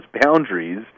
boundaries